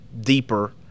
deeper